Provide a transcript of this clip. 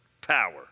power